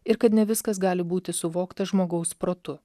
ir kad ne viskas gali būti suvokta žmogaus protu